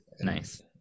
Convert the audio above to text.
nice